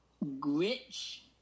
rich